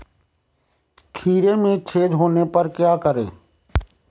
खीरे में छेद होने पर क्या करें?